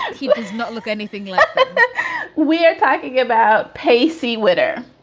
he does not look anything like that we are talking about pacey witter.